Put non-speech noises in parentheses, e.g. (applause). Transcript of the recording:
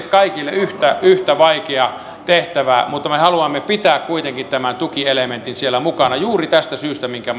(unintelligible) kaikille yhtä yhtä vaikea tehtävä mutta me haluamme pitää kuitenkin tämän tukielementin siellä mukana juuri tästä syystä minkä (unintelligible)